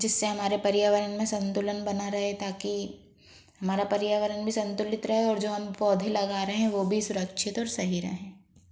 जिससे हमारे पर्यावरण में संतुलन बना रहे ताकि हमारा भी पर्यावरण संतुलित रहे और जो हम पौधे लगा रहे हैं वह सुरक्षित और सही रहें